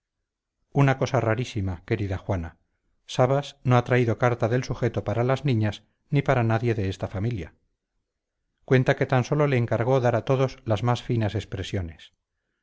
una cosa rarísima querida juana sabas no ha traído carta del sujeto para las niñas ni para nadie de esta familia cuenta que tan sólo le encargó dar a todos las más finas expresiones